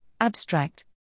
Abstract